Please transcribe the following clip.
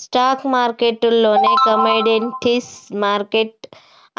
stock మార్కెట్టులోనే commodities market